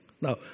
Now